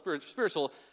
spiritual